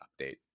update